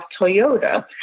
Toyota